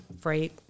freight